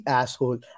asshole